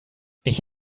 ich